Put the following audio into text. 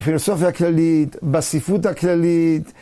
פילוסופיה כללית, בספרות הכללית.